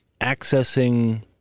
accessing